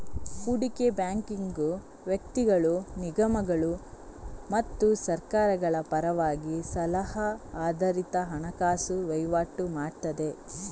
ಹೂಡಿಕೆ ಬ್ಯಾಂಕಿಂಗು ವ್ಯಕ್ತಿಗಳು, ನಿಗಮಗಳು ಮತ್ತು ಸರ್ಕಾರಗಳ ಪರವಾಗಿ ಸಲಹಾ ಆಧಾರಿತ ಹಣಕಾಸು ವೈವಾಟು ಮಾಡ್ತದೆ